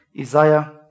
Isaiah